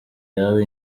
yaba